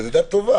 וזאת דת טובה.